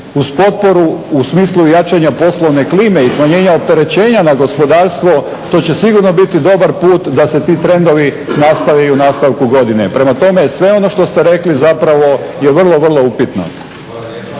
uz potporu u smislu jačanja poslovne klime i smanjenja opterećenja na gospodarstvo to će sigurno biti dobar put da se ti trendovi nastave i u nastavku godine. Prema tome, sve ono što ste rekli zapravo je vrlo, vrlo upitno.